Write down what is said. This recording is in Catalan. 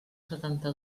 setanta